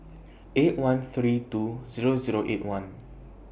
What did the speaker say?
eight one three two Zero Zero eight one